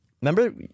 Remember